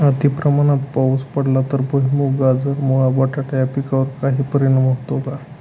अतिप्रमाणात पाऊस पडला तर भुईमूग, गाजर, मुळा, बटाटा या पिकांवर काही परिणाम होतो का?